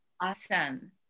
Awesome